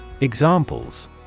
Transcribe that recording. Examples